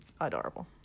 adorable